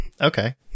Okay